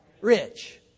Rich